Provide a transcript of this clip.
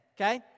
Okay